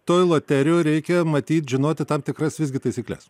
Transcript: toj loterijoj reikia matyt žinoti tam tikras visgi taisykles